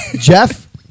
Jeff